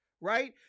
right